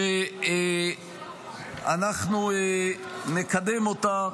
שאנחנו נקדם אותה.